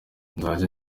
nzajya